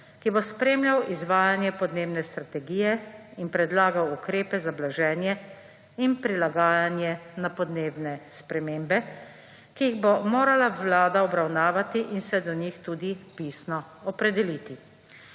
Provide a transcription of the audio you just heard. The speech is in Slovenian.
ki bo spremljal izvajanje podnebne strategije in predlagal ukrepe za blaženje in prilagajanje na podnebne spremembe, ki jih bo morala vlada obravnavati in se do njih tudi pisno opredeliti.